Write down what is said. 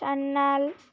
channel